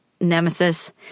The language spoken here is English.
nemesis